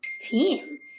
team